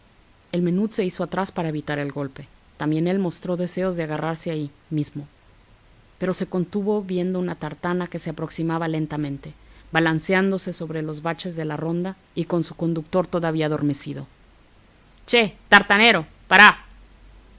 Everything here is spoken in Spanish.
el menut se hizo atrás para evitar el golpe también él mostró deseos de agarrarse allí mismo pero se contuvo viendo una tartana que se aproximaba lentamente balanceándose sobre los baches de la ronda y con su conductor todavía adormecido che tartanero para